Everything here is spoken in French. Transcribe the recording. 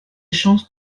chances